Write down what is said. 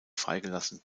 freigelassen